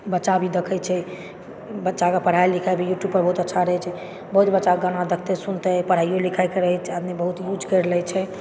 बच्चा भी देखै छै बच्चाकेँ पढ़ाई लिखाई भी युट्युब पर बहुत अच्छा रहै छै बहुत बच्चा गाना देखतै सुनतै पढ़ाइयो लिखाई करै अछि आदमी बहुत युज करि लै छै